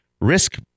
risk